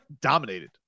dominated